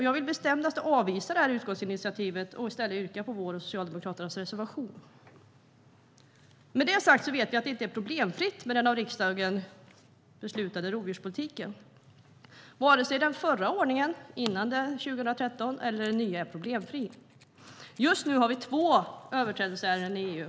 Jag vill å det bestämdaste avvisa utskottsinitiativet och i stället yrka bifall till vår och Socialdemokraternas reservation. Jag vet att det inte är problemfritt med den av riksdagen beslutade rovdjurspolitiken. Varken den förra ordningen, före 2013, eller den nya är problemfri. Just nu har vi två överträdelseärenden i EU.